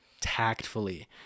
tactfully